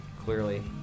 clearly